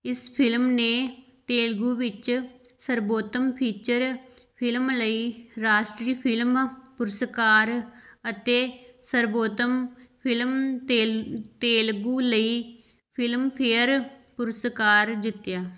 ਇਸ ਫਿਲਮ ਨੇ ਤੇਲਗੂ ਵਿੱਚ ਸਰਬੋਤਮ ਫੀਚਰ ਫਿਲਮ ਲਈ ਰਾਸ਼ਟਰੀ ਫਿਲਮ ਪੁਰਸਕਾਰ ਅਤੇ ਸਰਬੋਤਮ ਫਿਲਮ ਤੇਲ ਤੇਲਗੂ ਲਈ ਫਿਲਮਫੇਅਰ ਪੁਰਸਕਾਰ ਜਿੱਤਿਆ